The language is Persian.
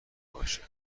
باشه